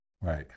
Right